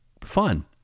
fun